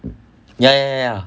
ya ya